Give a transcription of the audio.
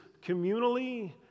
communally